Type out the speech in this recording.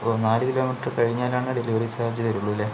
ഒരു നാല് kilometre കഴിഞ്ഞാലാണ് ഡെലിവറി ചാർജ്ജ് വരികയുള്ളുവല്ലേ